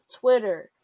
Twitter